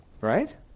right